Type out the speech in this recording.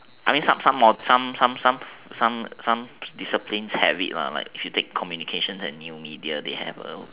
I mean some some some some some some some some some discipline have it like if you take communications and new media they have a